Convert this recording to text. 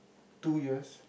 two years